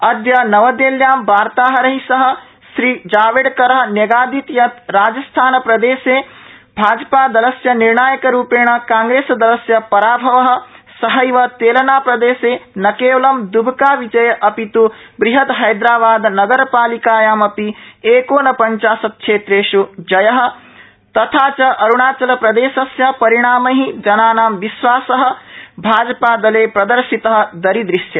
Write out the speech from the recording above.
अदय नवदेहल्यां वार्ताहरै सह श्री जावड़ेकर न्यगादीत यत राजस्थानप्रदेश भाजपादलस्य निर्णायकरूपेण कांग्रेसदलस्य पराभव सहैव तेलंगानाप्रदेश न केवलं दबका विजय अपित् बहद हैदराबाद नगरपालिकायामपि एकोनपंचाशत क्षेत्रेष् जय तथा च अरूणाचल प्रदेशस्य परिणामै जनानां विश्वास भाजपादले प्रदर्शित दरीदृश्यते